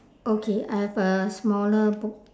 okay I have a smaller pooh